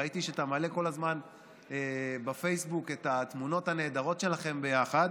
ראיתי שאתה מעלה כל הזמן בפייסבוק את התמונות הנהדרות שלכם ביחד,